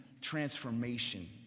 transformation